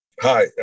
Hi